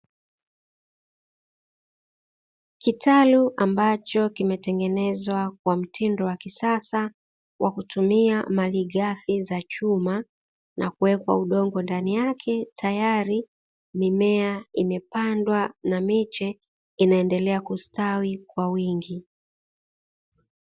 Kitalu ambacho kimetengenezwa kwa mtindo wa kisasa kwa kutumia malighafi za chuma na kuwekwa udongo ndani yake, tayari mimea imepandwa na miche inaendelea kustawi kwa wingi.